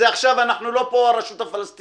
אנחנו לא פה עכשיו במשא ומתן עם הרשות הפלסטינית